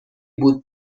بود